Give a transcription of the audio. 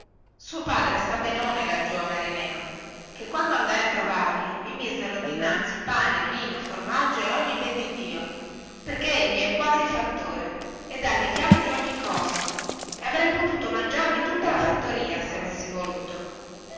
suo padre sta benone laggiù a marineo chè quando andai a trovarli mi misero dinanzi pane vino formaggio e ogni ben di dio che egli è quasi il fattore ed ha le chiavi di ogni cosa e avrei potuto mangiarmi tutta la fattoria se avessi voluto